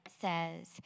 says